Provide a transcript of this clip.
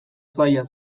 zaila